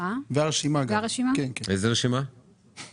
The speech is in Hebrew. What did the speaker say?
הפרה את חובת הדיווח כאילו הפרה חובות דיווח